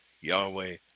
Yahweh